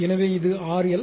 எனவே இது RL